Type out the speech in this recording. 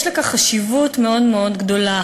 יש לכך חשיבות מאוד מאוד גדולה.